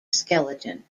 skeleton